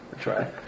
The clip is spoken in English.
try